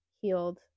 healed